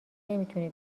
نمیتونی